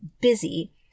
busy